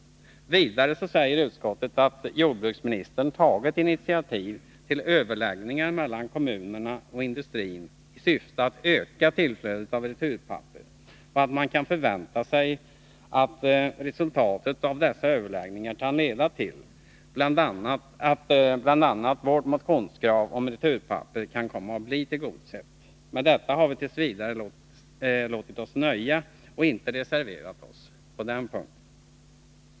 Vidare säger utskottet att jordbruksministern tagit initiativ till överläggningar mellan kommunerna och industrin i syfte att öka tillflödet av returpapper och att man kan förvänta sig att resultatet av dessa överläggningar kan leda till att bl.a. vårt motionskrav om returpapper kan komma att bli tillgodosett. Med detta har vit. v. låtit oss nöja och inte reserverat oss på den punkten.